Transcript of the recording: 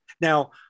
Now